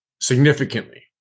significantly